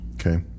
okay